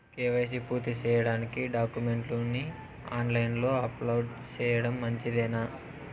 KYC పూర్తి సేయడానికి డాక్యుమెంట్లు ని ఆన్ లైను లో అప్లోడ్ సేయడం మంచిదేనా?